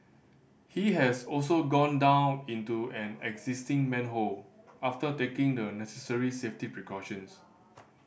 he has also gone down into an existing manhole after taking the necessary safety precautions